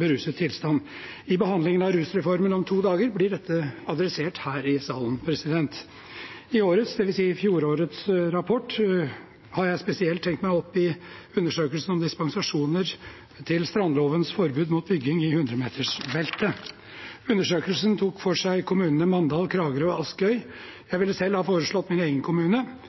beruset tilstand. I behandlingen av rusreformen om to dager blir dette adressert her i salen. I årets – det vil si fjorårets – rapport har jeg spesielt hengt meg opp i undersøkelsen av dispensasjoner til strandlovens forbud mot bygging i hundremetersbeltet. Undersøkelsen tok for seg kommunene Mandal, Kragerø og Askøy. Jeg ville selv ha foreslått min egen kommune,